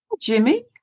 Jimmy